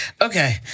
okay